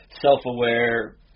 self-aware